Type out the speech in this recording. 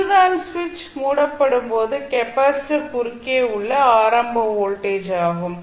இதுதான் சுவிட்ச் மூடப்படும் போது கெபாசிட்டர் குறுக்கே உள்ள ஆரம்ப வோல்டேஜ் ஆகும்